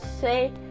say